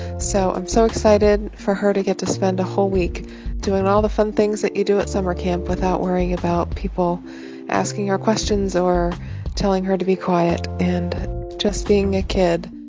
so i'm so excited for her to get to spend a whole week doing all the fun things that you do at summer camp without worrying about people asking her questions or telling her to be quiet and just being a kid